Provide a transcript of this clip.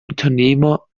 unternehmer